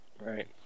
Right